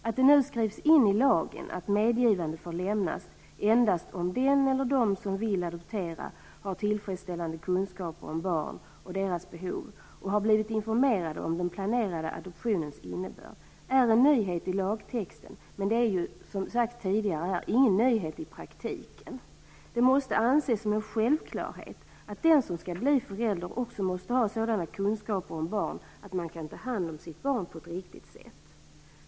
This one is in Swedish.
Att det nu skrivs in i lagen att medgivande får lämnas endast om "den eller de som vill adoptera har tillfredsställande kunskaper om barn och deras behov och har blivit informerade om den planerade adoptionens innebörd" är en nyhet i lagtexten. Men det är, som ju sagts tidigare här, ingen nyhet i praktiken. Det måste anses som en självklarhet att den som skall bli förälder också måste ha sådana kunskaper om barn att man kan ta hand om sitt barn på ett riktigt sätt.